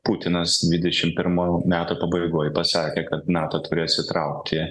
putinas dvidešim pirmų metų pabaigoj pasakė kad nato turi asitraukti